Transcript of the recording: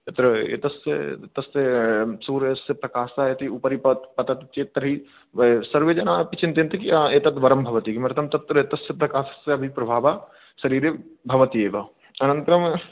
यत्र एतस्य एतस्य सूर्यस्य प्रकाशः यदि उपरि पत् पतति चेत् तर्हि सर्वे जनाः अपि चिन्तयन्ति एतत् वरं भवति किमर्थं तत्र एतस्य प्रकाशस्य अपि प्रभावः शरीरे भवति एव अनन्तरम्